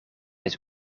het